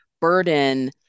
burden